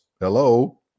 Hello